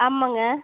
ஆமாங்க